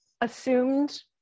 assumed